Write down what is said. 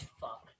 fuck